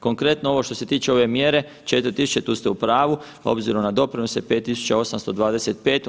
Konkretno, ovo što se tiče ove mjere, 4.000,00 tu ste u pravu obzirom na doprinose 5.825,00.